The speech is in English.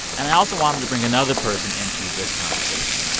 and i also wanted to bring another person into this conversation,